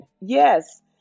Yes